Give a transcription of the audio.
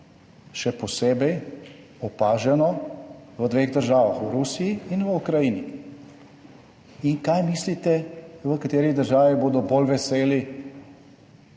še posebej opaženo v dveh državah, v Rusiji in v Ukrajini, in kaj mislite, v kateri državi bodo bolj veseli